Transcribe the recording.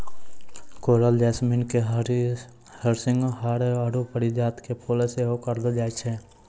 coral jasmine के हरसिंहार आरु परिजात के फुल सेहो कहलो जाय छै